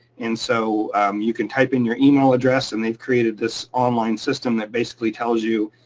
and so you can type in your email address. and they've created this online system that basically tells you,